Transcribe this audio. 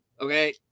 Okay